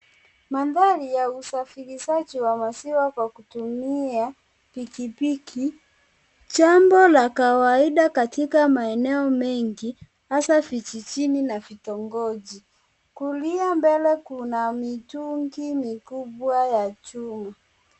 Mandhari ya usafirishaji wa maziwa kwa kutumia pikipiki, jambo la kawaida katika maeneo mengi hasaa vijijini na vitongoji, kulia mbele kuna mitungi mikubwa ya chuma.